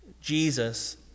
Jesus